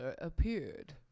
appeared